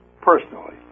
personally